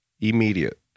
immediate